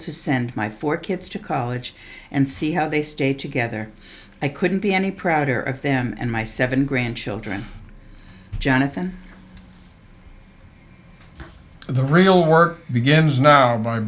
to send my four kids to college and see how they stay together i couldn't be any prouder of them and my seven grandchildren jonathan the real work begins now